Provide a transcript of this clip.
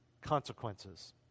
consequences